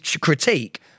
critique